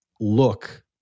look